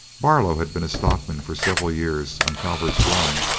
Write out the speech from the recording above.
barlow had been a stockman for several years on calvert's run,